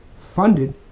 funded